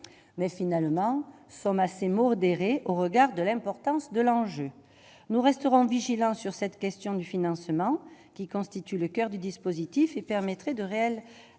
mais finalement sommes assez modérée au regard de l'importance de l'enjeu, nous resterons vigilants sur cette question du financement qui constituent le coeur du dispositif et permettrait de réelles de